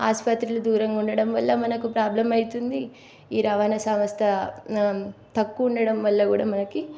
ఆస్పత్రులు దూరంగా ఉండటం వల్ల మనకు ప్రాబ్లం అవుతుంది ఈ రవాణా సంస్థ తక్కువ ఉండడం వల్ల కూడా మనకి